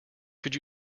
could